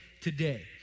today